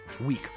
week